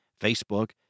Facebook